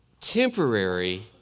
temporary